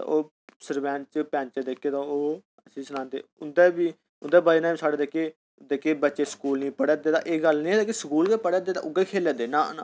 ओह् सरंपर पंच जेह्के तां ओह् उसी चलांदे उं'दा बाइनेम साह्डे जेह्के बच्चे स्कूल नेईं पढांदे एह् गल्ल नेईं कि जेह्के स्कूल गै पढा दे उ'ऐ खेला दे न